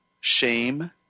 shame